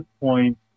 point